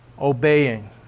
obeying